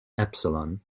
epsilon